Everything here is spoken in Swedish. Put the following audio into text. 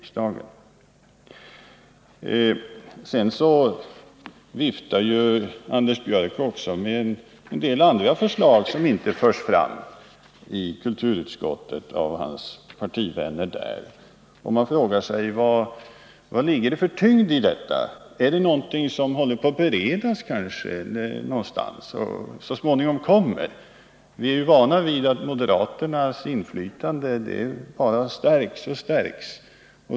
Sedan viftar Anders Björck också med en del andra förslag, som inte förts fram i kulturutskottet av hans partivänner där, och man frågar sig: Vaddigger det för tyngd i detta? Är det någonting som håller på att beredas någonstans och så småningom kommer? Vi är ju vana vid att moderaternas inflytande bara stärks och stärks.